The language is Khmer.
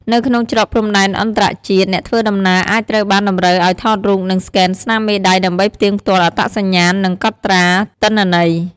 នៅក្នុងច្រកព្រំដែនអន្តរជាតិអ្នកធ្វើដំណើរអាចត្រូវបានតម្រូវឱ្យថតរូបនិងស្កេនស្នាមមេដៃដើម្បីផ្ទៀងផ្ទាត់អត្តសញ្ញាណនិងកត់ត្រាទិន្នន័យ។